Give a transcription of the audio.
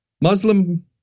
Muslim